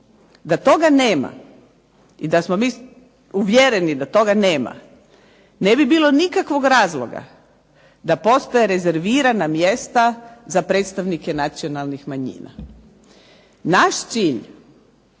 Da toga nema i da smo mi uvjereni da toga nema, ne bi bilo nikakvog razloga da postoje rezervirana mjesta za predstavnike nacionalnih manjina. Naš cilj